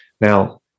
Now